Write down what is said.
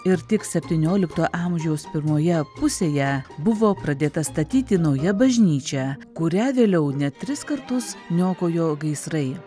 ir tik septyniolikto amžiaus pirmoje pusėje buvo pradėta statyti nauja bažnyčia kurią vėliau net tris kartus niokojo gaisrai